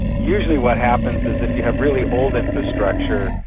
usually what happens is if you have really old infrastructure,